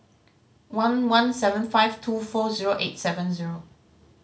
one one seven five two four zero eight seven zero